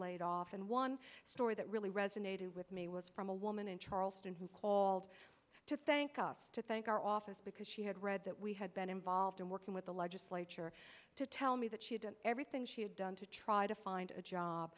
laid off and one story that really resonated with me was from a woman in charleston who called to thank us to thank our office because she had read that we had been involved in working with the legislature to tell me that she didn't everything she had done to try to find a job